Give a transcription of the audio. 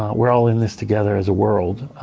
um we're all in this together as a world.